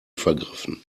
vergriffen